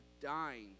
dying